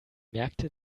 merkte